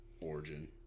origin